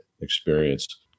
experience